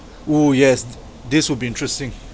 !woo! yes this will be interesting